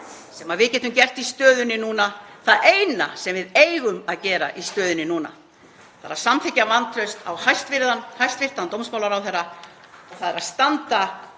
sem við getum gert í stöðunni núna, það eina sem við eigum að gera í stöðunni núna er að samþykkja vantraust á hæstv. dómsmálaráðherra og það er að standa